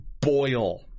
boil